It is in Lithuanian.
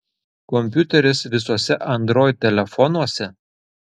kompiuteris visuose android telefonuose